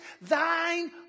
thine